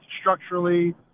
structurally